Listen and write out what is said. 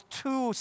two